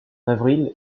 avril